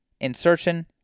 insertion